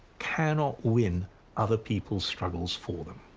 cannot win other people's struggles for them.